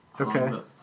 Okay